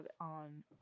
on